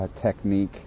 technique